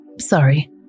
Sorry